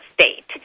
state